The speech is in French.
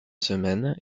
semaine